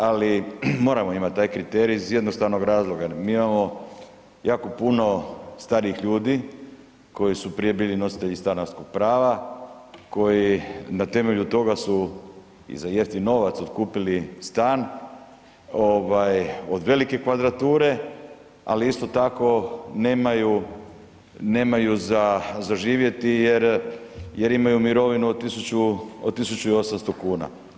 Ali moramo imati taj kriterij iz jednostavnog razloga jer mi imamo jako puno starijih ljudi koji su prije bili nositelji stanarskog prava, koji na temelju toga su i za jeftin novac otkupili stan od velike kvadrature, ali isto tako nemaju za živjeti jer imaju mirovinu od 1.800 kuna.